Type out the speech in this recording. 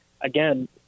again